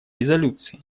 резолюции